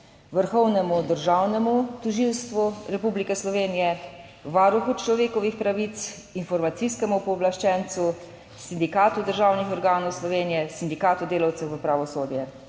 Vrhovnemu državnemu tožilstvu Republike Slovenije, Varuhu človekovih pravic, Informacijskemu pooblaščencu, Sindikatu državnih organov Slovenije, Sindikatu delavcev v pravosodju.